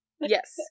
Yes